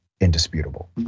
indisputable